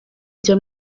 njya